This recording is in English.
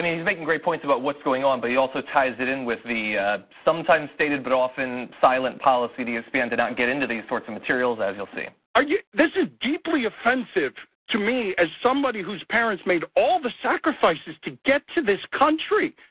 he's making great points about what's going on, but he also ties it in with the sometimes stated but often silent policy. the espn did not get into these sorts of materials as you'll see. yeah this is deeply offensive to me as somebody whose parents made all the sacrifices to get to this country.